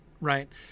right